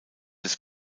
des